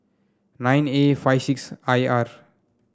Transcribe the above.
nine A five six I R